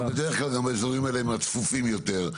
בדרך כלל, האזורים האלה הם הצפופים יותר.